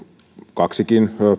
kaksikin